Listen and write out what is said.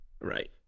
Right